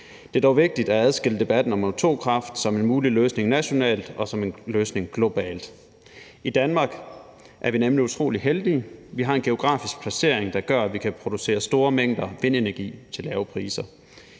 Det er dog vigtigt at adskille debatten om atomkraft som en mulig løsning nationalt og atomkraft som en løsning globalt. I Danmark er vi nemlig utrolig heldige. Vi har en geografisk placering, der gør, at vi kan producere store mængder vindenergi til lave priser.